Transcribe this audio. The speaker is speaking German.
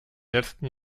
letzten